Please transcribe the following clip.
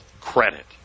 credit